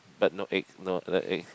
but no egg no other egg